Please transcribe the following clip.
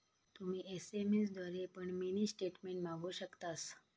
तुम्ही एस.एम.एस द्वारे पण मिनी स्टेटमेंट मागवु शकतास